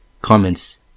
Comments